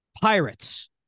Pirates